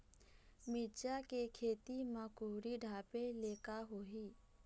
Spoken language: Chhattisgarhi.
मिरचा के खेती म कुहड़ी ढापे ले का होही?